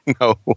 No